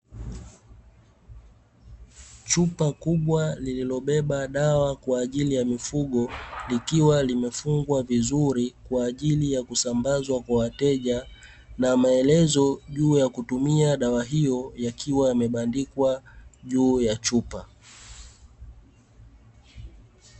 Chupa kubwa lenye dawa ya mifugo, limefungwa vizuri ili kusambazwa kwa wateja, na maelezo juu ya kutumia dawa hiyo, yamebandikwa juu ya chupa.